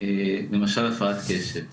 למשל הפרעת קשב.